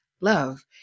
love